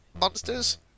Monsters